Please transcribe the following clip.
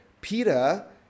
Peter